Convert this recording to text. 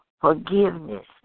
forgiveness